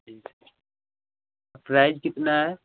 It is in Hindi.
ठीक है आ प्राइज कितना है